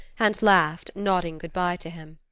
and laughed, nodding good-by to him.